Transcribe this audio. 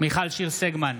מיכל שיר סגמן,